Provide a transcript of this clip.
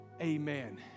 Amen